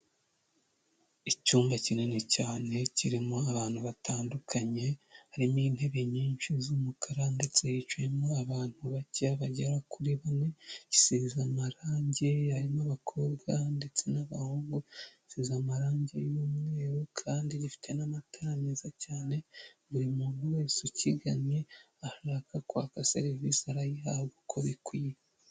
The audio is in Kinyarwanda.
Icyumba kinini cyane, kirimo abantu batandukanye, harimo intebe nyinshi z'umukara ndetse hiciyemo abantu bake bagera kuri bane, gisize amarangi harimo abakobwa, ndetse n'abahungu, gisize amarangi y'umweru, kandi gifite n'amatara meza cyane, buri muntu wese ukiganye ashaka kwaka serivisi, arayihabwa uko bikwiye.